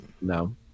no